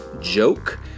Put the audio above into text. joke